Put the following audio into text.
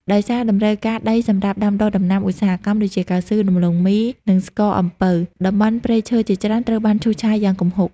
ដោយសារតម្រូវការដីសម្រាប់ដាំដុះដំណាំឧស្សាហកម្មដូចជា កៅស៊ូ ដំឡូងមី និងស្ករអំពៅ តំបន់ព្រៃឈើជាច្រើនត្រូវបានឈូសឆាយយ៉ាងគំហុក។